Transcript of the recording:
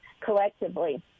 collectively